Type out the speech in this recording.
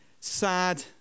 sad